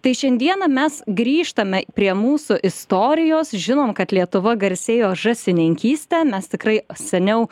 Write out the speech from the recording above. tai šiandieną mes grįžtame prie mūsų istorijos žinom kad lietuva garsėjo žąsininkyste mes tikrai seniau